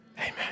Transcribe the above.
Amen